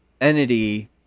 entity